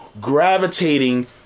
gravitating